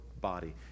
body